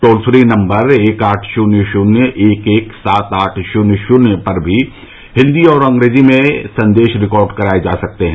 toll free number एक आठ शून्य शून्य एक एक सात आठ शून्य शून्य पर भी हिन्दी और अंग्रेजी में संदेश रिकॉर्ड कराये जा सकते हैं